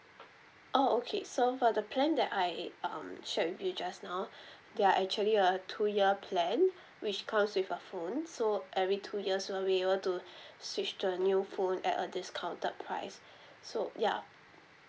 oh okay so for the plan that I um shared with you just now they are actually a two year plan which comes with a phone so every two years will be able to switch to a new phone at a discounted price so ya